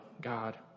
God